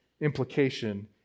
implication